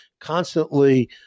constantly